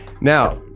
Now